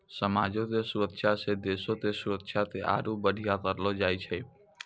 समाजो के सुरक्षा से देशो के सुरक्षा के आरु बढ़िया करलो जाय छै